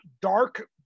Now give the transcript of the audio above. dark